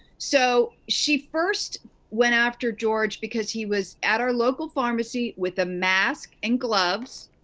so, she first went after george because he was at our local pharmacy with a mask and gloves,